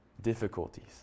difficulties